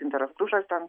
gintaras grušas man